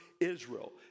Israel